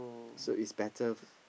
so it's better